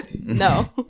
no